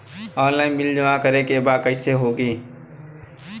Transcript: Online bill जमा करे के बा कईसे होगा?